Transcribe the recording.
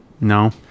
No